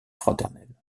fraternel